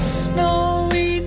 snowy